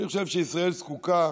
אני חושב שישראל זקוקה